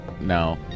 No